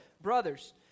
brothers